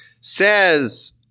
Says